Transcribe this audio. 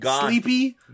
sleepy